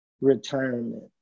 retirement